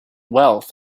wealth